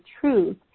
truth